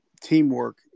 teamwork